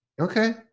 Okay